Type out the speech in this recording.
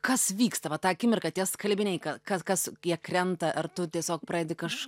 kas vyksta vat tą akimirką tie skalbiniai kas kas jie krenta ar tu tiesiog pradedi kaž